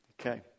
Okay